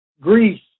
Greece